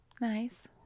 Nice